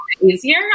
easier